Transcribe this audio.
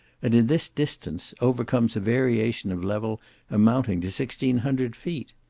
and in this distance overcomes a variation of level amounting to sixteen hundred feet.